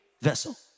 vessel